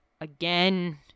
again